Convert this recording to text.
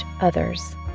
others